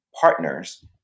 partners